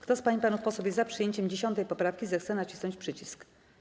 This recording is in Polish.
Kto z pań i panów posłów jest za przyjęciem 10. poprawki, zechce nacisnąć przycisk.